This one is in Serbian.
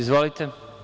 Izvolite.